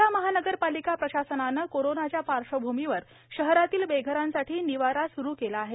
अकोला महानगरपालिका प्रशासनाने कोरोनाच्या पार्श्वभुमीवर शहरातील बेघरांसाठी निवारा सुरू केला आहे